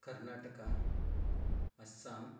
Karnataka Assam